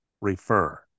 refer